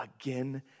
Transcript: again